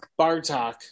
Bartok